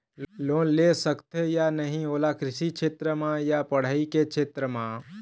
Loan ले सकथे या नहीं ओला कृषि क्षेत्र मा या पढ़ई के क्षेत्र मा?